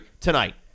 tonight